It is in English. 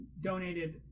donated